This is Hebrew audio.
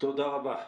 תודה רבה.